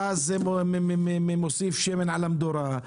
ואז זה מוסיף שמן על המדורה.